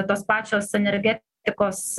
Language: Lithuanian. tos pačios energetikos